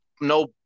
no